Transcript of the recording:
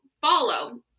follow